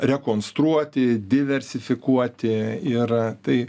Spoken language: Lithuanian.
rekonstruoti diversifikuoti ir tai